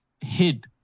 hid